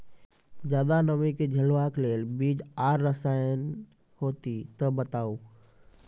ज्यादा नमी के झेलवाक लेल बीज आर रसायन होति तऽ बताऊ?